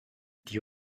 die